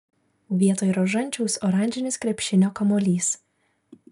vietoj rožančiaus oranžinis krepšinio kamuolys